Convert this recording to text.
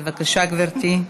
בבקשה, גברתי.